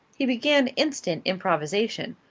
he began instant improvisation.